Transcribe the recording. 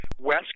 west